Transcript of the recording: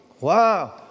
Wow